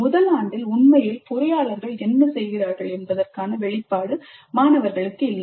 முதல் ஆண்டில் உண்மையில் பொறியாளர்கள் என்ன செய்கிறார்கள் என்பதற்கான வெளிப்பாடு இல்லை